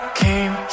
came